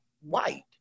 white